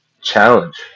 challenge